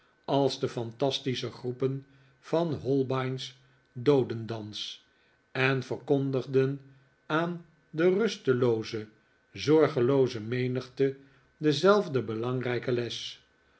als de fantastische groepen van holbein's doodendans en verkondigden aan de rustelooze zorgelooze menigte dezelfde belangrijke les